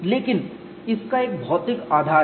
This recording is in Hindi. लेकिन इसका एक भौतिक आधार है